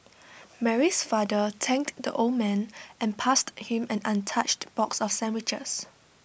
Mary's father thanked the old man and passed him an untouched box of sandwiches